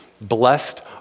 blessed